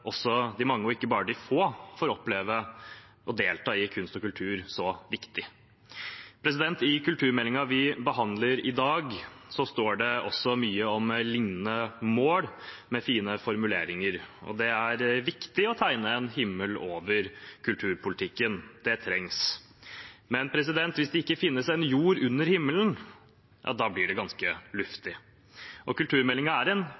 også mye om lignende mål, med fine formuleringer. Det er viktig å tegne en himmel over kulturpolitikken, det trengs, men hvis det ikke finnes en jord under himmelen, da blir det ganske luftig. Og kulturmeldingen er på mange måter en